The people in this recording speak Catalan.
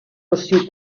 nociu